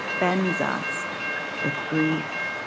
bends us with grief.